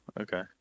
okay